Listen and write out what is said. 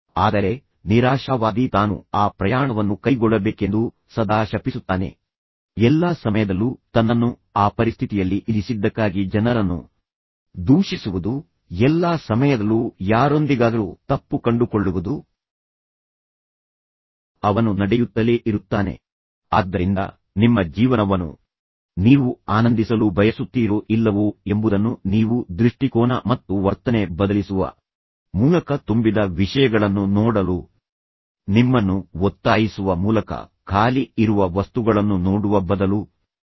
ಆದರೆ ನಿರಾಶಾವಾದಿ ತಾನು ಆ ಪ್ರಯಾಣವನ್ನು ಕೈಗೊಳ್ಳಬೇಕೆಂದು ಸದಾ ಶಪಿಸುತ್ತಾನೆ ಎಲ್ಲಾ ಸಮಯದಲ್ಲೂ ತನ್ನನ್ನು ಆ ಪರಿಸ್ಥಿತಿಯಲ್ಲಿ ಇರಿಸಿದ್ದಕ್ಕಾಗಿ ಜನರನ್ನು ದೂಷಿಸುವುದು ಎಲ್ಲಾ ಸಮಯದಲ್ಲೂ ಯಾರೊಂದಿಗಾದರೂ ತಪ್ಪು ಕಂಡುಕೊಳ್ಳುವುದು ಅವನು ನಡೆಯುತ್ತಲೇ ಇರುತ್ತಾನೆ ಓಡುತ್ತಾನೆ ದೂರು ನೀಡುತ್ತಾನೆ ಮತ್ತು ಇನ್ನೂ ಅದು ತಲುಪುತ್ತಾನೆ ಆದ್ದರಿಂದ ನಿಮ್ಮ ಜೀವನವನ್ನು ನೀವು ಆನಂದಿಸಲು ಬಯಸುತ್ತೀರೋ ಇಲ್ಲವೋ ಎಂಬುದನ್ನು ನೀವು ದೃಷ್ಟಿಕೋನ ಮತ್ತು ವರ್ತನೆ ಬದಲಿಸುವ ಮೂಲಕ ತುಂಬಿದ ವಿಷಯಗಳನ್ನು ನೋಡಲು ನಿಮ್ಮನ್ನು ಒತ್ತಾಯಿಸುವ ಮೂಲಕ ಖಾಲಿ ಇರುವ ವಸ್ತುಗಳನ್ನು ನೋಡುವ ಬದಲು ನಿರ್ಧರಿಸಬೇಕಾಗಿದೆ ಮೊದಲನೆಯದಾಗಿ